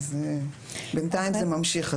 בינתיים זה ממשיך,